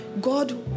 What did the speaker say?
God